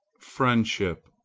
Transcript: friendship.